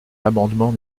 l’amendement